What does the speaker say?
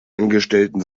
angestellten